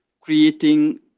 creating